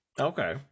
Okay